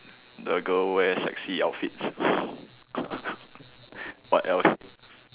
the girl wear sexy outfits what else